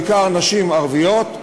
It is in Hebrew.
בעיקר אצל נשים ערביות,